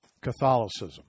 Catholicism